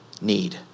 need